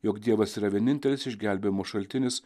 jog dievas yra vienintelis išgelbėjimo šaltinis